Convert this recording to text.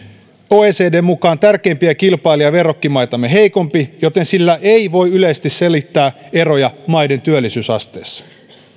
oecdn mukaan tärkeimpiä kilpailija ja verrokkimaitamme heikompi joten sillä ei voi yleisesti selittää eroja maiden työllisyysasteissa